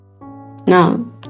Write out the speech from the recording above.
Now